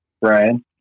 Brian